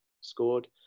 scored